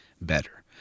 better